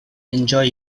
enjoy